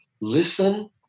Listen